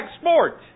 sport